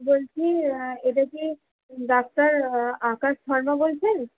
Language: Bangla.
বলছি এটা কি ডাক্তার আকাশ শর্মা বলছেন